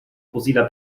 fossiler